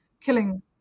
killing